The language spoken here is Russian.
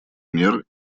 мер